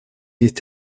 есть